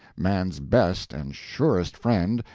man's best and surest friend,